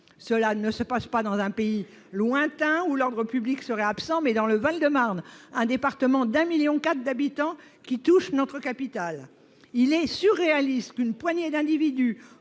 Cela ne se passe pas dans un pays lointain où l'ordre public serait absent, mais dans le Val-de-Marne, un département de 1,4 million d'habitants qui touche notre capitale ! Il est surréaliste qu'une poignée d'individus